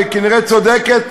והיא כנראה צודקת,